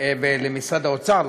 ולמשרד האוצר,